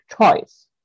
choice